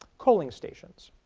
coaling stations.